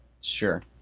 Sure